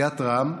סיעת רע"ם,